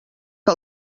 que